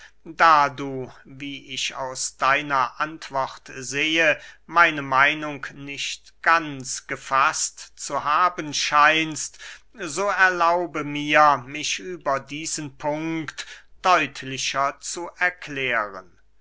da du wie ich aus deiner antwort sehe meine meinung nicht ganz gefaßt zu haben scheinst so erlaube mir mich über diesen punkt deutlicher zu erklären